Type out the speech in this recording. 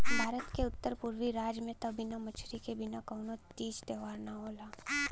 भारत के उत्तर पुरबी राज में त बिना मछरी के बिना कवनो तीज त्यौहार ना होला